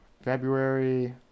February